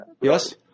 Yes